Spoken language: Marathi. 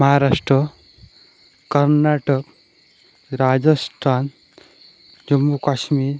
महाराष्ट्र कर्नाटक राजस्थान जम्मू काश्मीर